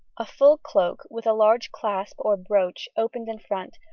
a full cloak, with a large clasp or brooch, opened in front,